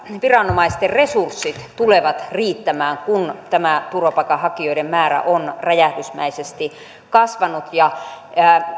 viranomaisten resurssit tulevat riittämään kun tämä turvapaikanhakijoiden määrä on räjähdysmäisesti kasvanut ja